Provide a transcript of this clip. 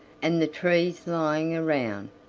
and the trees lying around,